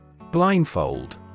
Blindfold